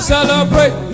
Celebrate